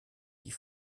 die